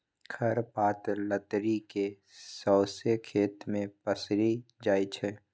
खर पात लतरि केँ सौंसे खेत मे पसरि जाइ छै